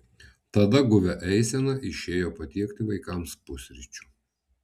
tada guvia eisena išėjo patiekti vaikams pusryčių